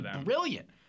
brilliant